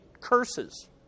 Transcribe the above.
curses